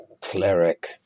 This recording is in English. cleric